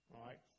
right